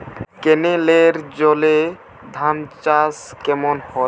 কেনেলের জলে ধানচাষ কেমন হবে?